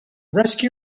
rescue